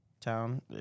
town